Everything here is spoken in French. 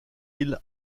île